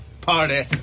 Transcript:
Party